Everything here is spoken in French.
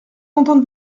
content